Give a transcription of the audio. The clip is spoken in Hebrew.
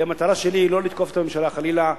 כי המטרה שלי היא לא לתקוף את הממשלה חלילה,